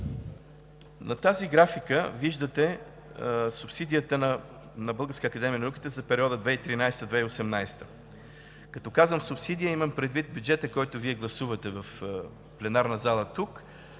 На тази графика виждате субсидията на Българската академия на науките за периода 2013 – 2018 г. Като казвам субсидия, имам предвид бюджета, който Вие гласувате в пленарната залата,